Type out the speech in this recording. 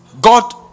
God